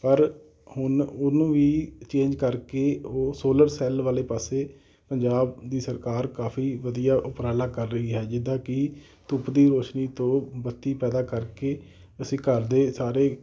ਪਰ ਹੁਣ ਉਹਨੂੰ ਵੀ ਚੇਂਜ ਕਰਕੇ ਉਹ ਸੋਲਰ ਸੈੱਲ ਵਾਲੇ ਪਾਸੇ ਪੰਜਾਬ ਦੀ ਸਰਕਾਰ ਕਾਫ਼ੀ ਵਧੀਆ ਉਪਰਾਲਾ ਕਰ ਰਹੀ ਹੈ ਜਿੱਦਾਂ ਕਿ ਧੁੱਪ ਦੀ ਰੋਸ਼ਨੀ ਤੋਂ ਬੱਤੀ ਪੈਦਾ ਕਰਕੇ ਅਸੀਂ ਘਰ ਦੇ ਸਾਰੇ